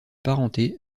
parenté